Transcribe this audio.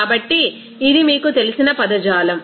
కాబట్టి ఇది మీకు తెలిసిన పదజాలం